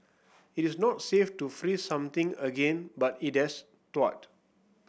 it is not safe to freeze something again but it has thawed